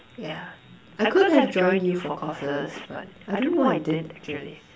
yeah I could have joined youth for causes but I don't know why I didn't actually